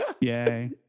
Yay